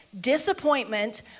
disappointment